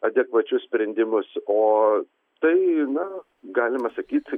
adekvačius sprendimus o tai na galima sakyt